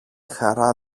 χαρά